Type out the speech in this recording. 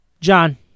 John